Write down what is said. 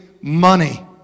money